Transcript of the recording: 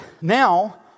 now